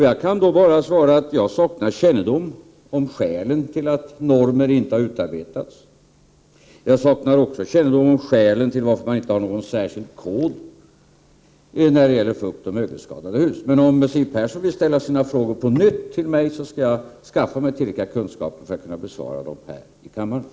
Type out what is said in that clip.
Jag kan bara svara att jag saknar kännedom om skälen till att normer inte har utarbetats. Jag saknar också kännedom om skälen till att man inte har någon särskild kod när det gäller fuktoch mögelskadade hus. Men om Siw Persson vill ställa sina frågor på nytt till mig, skall jag skaffa mig tillräckliga kunskaper för att kunna besvara dem här i kammaren.